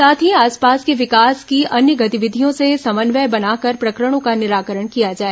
साथ ही आसपास के विकास की अन्य गतिविधियों से समन्वय बनाकर प्रकरणों का निराकरण किया जाए